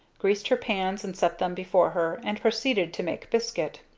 greased her pans and set them before her, and proceeded to make biscuit.